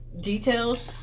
details